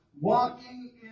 walking